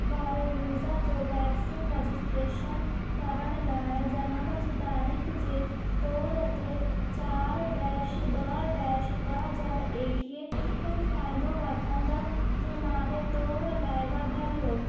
वारे यूज़र जो vaccine registration करण लाइ जनम जी तारीख़ जे तोरु ते चारि डेश ॿ डेश ॿ हज़ार एकवीह ऐं फ़ाइदो वठंदड़ जे नाले तोरु लाइबा भरियो